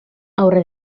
aurre